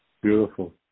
beautiful